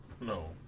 No